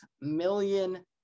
million